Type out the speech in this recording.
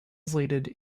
translated